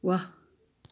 वाह